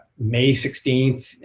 may sixteenth,